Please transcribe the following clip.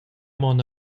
mon